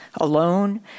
alone